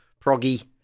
proggy